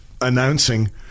announcing